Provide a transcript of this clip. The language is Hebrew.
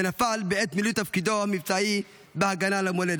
ונפל בעת מילוי תפקידו המבצעי בהגנה על המולדת.